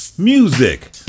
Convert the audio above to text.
Music